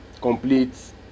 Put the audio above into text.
complete